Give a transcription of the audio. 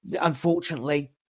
unfortunately